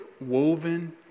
woven